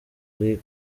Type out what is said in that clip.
ari